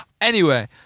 Anyway-